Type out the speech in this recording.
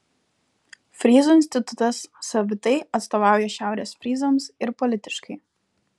fryzų institutas savitai atstovauja šiaurės fryzams ir politiškai